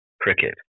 cricket